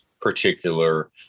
particular